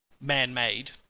man-made